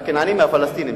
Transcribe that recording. הכנענים מהפלסטינים.